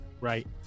right